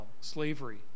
slavery